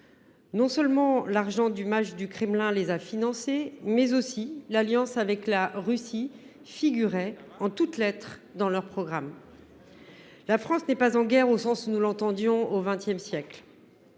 Non seulement l’argent du mage du Kremlin les a financés, mais l’alliance avec la Russie figurait en toutes lettres dans leur programme. La France n’est pas en guerre au sens où nous l’entendions au XX siècle,